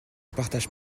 partage